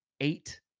eight